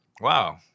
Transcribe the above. wow